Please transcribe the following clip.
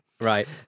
Right